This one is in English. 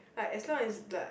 like as long as like